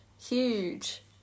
huge